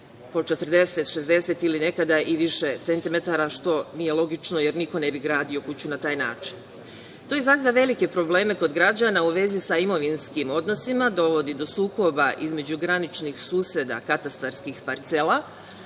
po 40, 60 ili nekada i više centimetara, što nije logično jer niko ne bi gradio kuću na taj način. To izaziva velike probleme kod građana u vezi sa imovinskim odnosima, dovodi do sukoba između graničnih suseda katastarskih parcela,